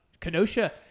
Kenosha